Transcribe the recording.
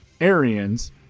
Arians